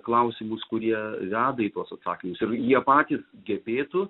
klausimus kurie veda į tuos atsakymus ir jie patys gebėtų